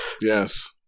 Yes